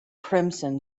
crimson